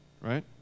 right